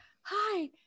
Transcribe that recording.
hi